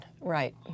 Right